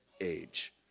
age